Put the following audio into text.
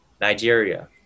Nigeria